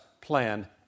plan